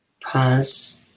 pause